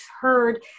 heard